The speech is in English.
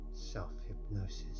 self-hypnosis